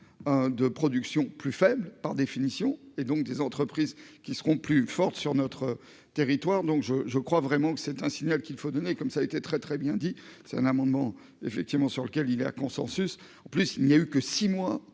de production plus faible par définition et donc des entreprises qui seront plus fortes sur notre territoire, donc je je crois vraiment que c'est un signal qu'il faut donner comme ça a été très très bien dit, c'est un amendement effectivement sur lequel il y a consensus en plus, il y a eu que six mois